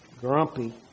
grumpy